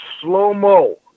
slow-mo